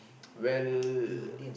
well